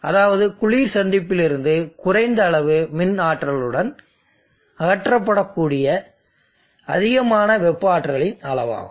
அதாவது குளிர் சந்திப்பிலிருந்து குறைந்த அளவு மின் ஆற்றலுடன் அகற்றபடக்கூடிய அதிகமான வெப்ப ஆற்றலின் அளவு ஆகும்